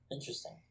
Interesting